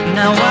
now